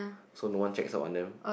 so no one checks up on them